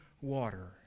water